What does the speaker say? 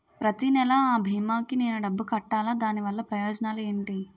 ప్రతినెల అ భీమా కి నేను డబ్బు కట్టాలా? దీనివల్ల ప్రయోజనాలు ఎంటి?